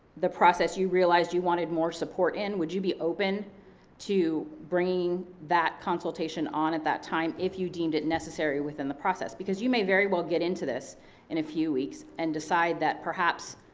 the process you realized you wanted more support in, would you be open to bringing that consultation on at that time if you deemed it necessary within the process, because you may very well get into this in a few weeks and decide that perhaps,